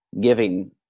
giving